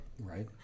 Right